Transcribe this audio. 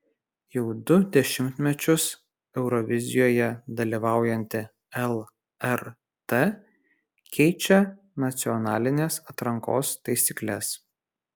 jau du dešimtmečius eurovizijoje dalyvaujanti lrt keičia nacionalinės atrankos taisykles